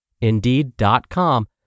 Indeed.com